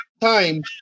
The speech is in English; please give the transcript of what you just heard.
time